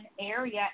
area